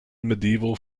medieval